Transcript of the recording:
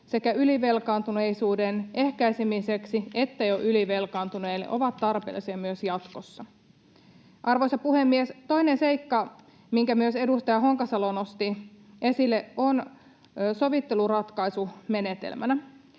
sekä ylivelkaantuneisuuden ehkäisemiseksi että jo ylivelkaantuneille ovat tarpeellisia myös jatkossa. Arvoisa puhemies! Toinen seikka, minkä myös edustaja Honkasalo nosti esille, on sovitteluratkaisu menetelmänä.